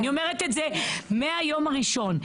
אני אומרת את זה מהיום הראשון.